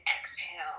exhale